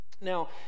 Now